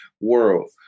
world